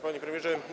Panie Premierze!